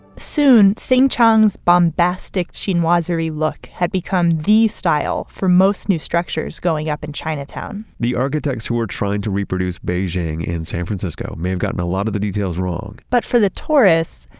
soon, sing chong's bombastic chinoiserie look had become the style for most new structures going up in chinatown the architects who are trying to reproduce beijing in san francisco may have gotten a lot of the details wrong but for the tourists,